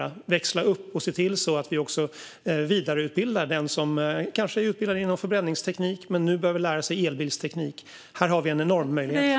Vi behöver växla upp och se till att vi också vidareutbildar den som kanske är utbildad inom förbränningsteknik men nu behöver lära sig elbilsteknik. Här har vi en enorm möjlighet.